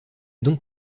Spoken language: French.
donc